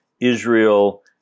Israel